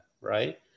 right